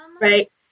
Right